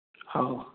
हँ